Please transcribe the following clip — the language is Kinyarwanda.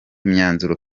imyanzuro